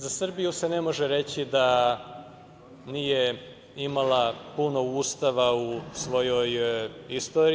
Za Srbiju se ne može reći da nije imala puno ustava u svojoj istoriji.